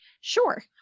Sure